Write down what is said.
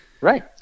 Right